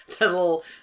little